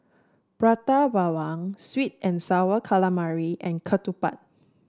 Prata Bawang Sweet and sour calamari and ketupat